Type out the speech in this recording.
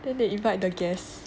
then they invite the guests